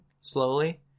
slowly